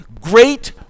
great